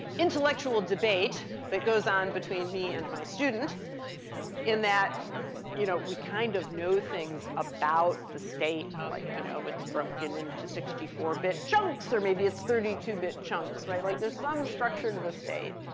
intellectual debate that goes on between me and my student in that you know we kind of know things about the state, like, you know it's broken into sixty four bit chunks, or maybe it's thirty two bit chunks. like there's some structure to the state.